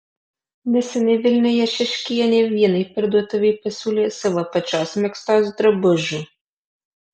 neseniai vilniuje šeškienė vienai parduotuvei pasiūlė savo pačios megztos drabužių